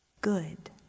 good